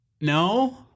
no